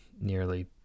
nearly